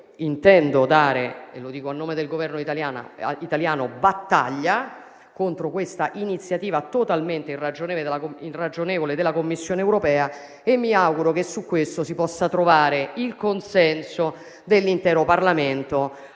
battaglia - e lo dico a nome del Governo italiano - contro questa iniziativa totalmente irragionevole della Commissione europea. Mi auguro che su questo si possa trovare il consenso dell'intero Parlamento